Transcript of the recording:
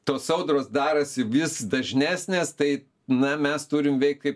tos audros darosi vis dažnesnės tai na mes turim veikt kaip